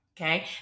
okay